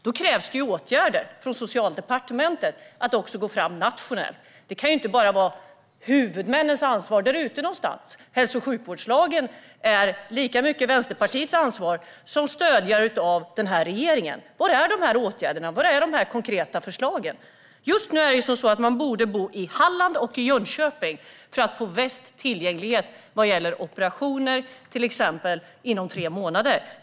Då krävs det åtgärder från Socialdepartementet så att man också går fram nationellt. Ansvaret kan inte bara ligga hos huvudmännen där ute någonstans. Hälso och sjukvårdslagen är lika mycket Vänsterpartiets ansvar som stödjare av den här regeringen. Var är åtgärderna? Var är de konkreta förslagen? Just nu bör man bo i Halland eller i Jönköping för att få bäst tillgänglighet vad gäller exempelvis operation inom tre månader.